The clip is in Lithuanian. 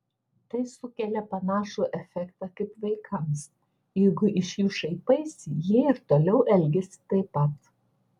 tai sukelia panašų efektą kaip vaikams jeigu iš jų šaipaisi jie ir toliau elgiasi taip pat